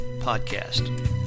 podcast